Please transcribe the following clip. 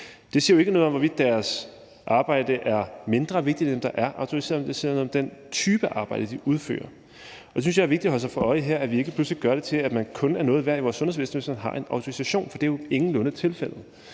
Det siger ikke noget om, hvorvidt deres arbejde er mindre vigtigt, men det siger noget om den type af arbejde, de udfører, og det synes jeg er vigtigt at holde sig for øje her, nemlig at vi ikke pludselig gør det til, at man kun er noget værd i vores sundhedsvæsen, hvis man har en autorisation, for det er jo ingenlunde tilfældet.